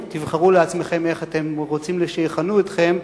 תבחרו לעצמכם איך אתם רוצים שיכנו אתכם,